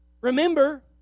Remember